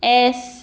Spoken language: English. S